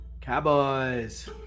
Cowboys